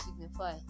signify